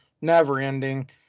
never-ending